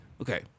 Okay